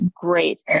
great